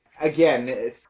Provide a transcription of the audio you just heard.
again